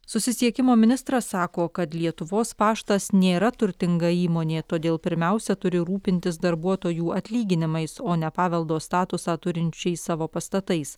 susisiekimo ministras sako kad lietuvos paštas nėra turtinga įmonė todėl pirmiausia turi rūpintis darbuotojų atlyginimais o ne paveldo statusą turinčiais savo pastatais